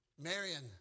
Marion